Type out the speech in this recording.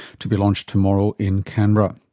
to be launched tomorrow in canberra.